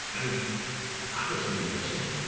i mean i went to university,